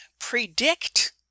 predict